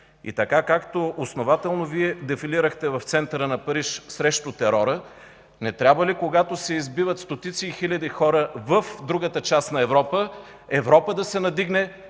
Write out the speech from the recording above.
И така, както основателно Вие дефилирахте в центъра на Париж срещу терора, не трябва ли, когато се избиват стотици хиляди хора в другата част на Европа, Европа да се надигне